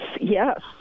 yes